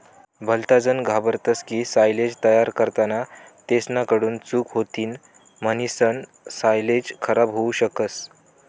भलताजन घाबरतस की सायलेज तयार करताना तेसना कडून चूक होतीन म्हणीसन सायलेज खराब होवू शकस